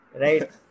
Right